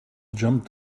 jumped